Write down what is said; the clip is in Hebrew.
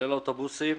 כולל אוטובוסים,